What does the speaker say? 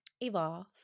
evolve